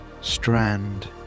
strand